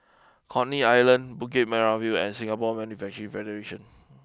Coney Island Bukit Merah view and Singapore Manufacturing Federation